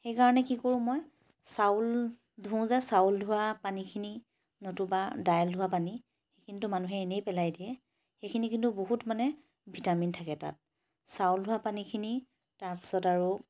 সেইকাৰণে কি কৰোঁ মই চাউল চাউল ধুওঁ যে চাউল ধোৱা পানীখিনি নতুবা দাইল ধোৱা পানী সেইখিনিতো মানুহে এনেই পেলাই দিয়ে সেইখিনি কিন্তু বহুত মানে ভিটামিন থাকে তাত চাউল ধোৱা পানীখিনি তাৰ পিছত আৰু